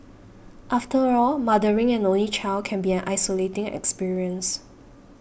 after all mothering an only child can be an isolating experience